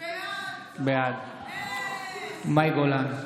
בעד מאי גולן,